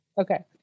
Okay